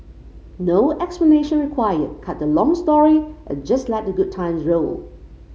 no explanation required cut the long story and just let the good times roll